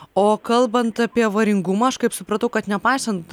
o kalbant apie avaringumą aš kaip supratau kad nepaisant